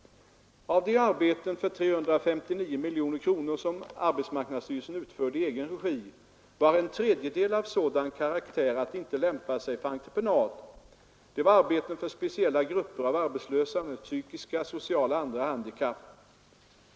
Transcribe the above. Av de arbeten för 359 miljoner kronor som AMS utförde i egen regi var en tredjedel av sådan karaktär att de inte lämpar sig för entreprenad. Det var arbeten för speciella grupper av arbetslösa med psykiska, sociala eller andra handikapp.